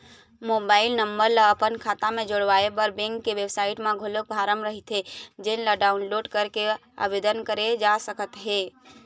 mobile number ल अपन खाता म जोड़वाए बर बेंक के बेबसाइट म घलोक फारम रहिथे जेन ल डाउनलोड करके आबेदन करे जा सकत हे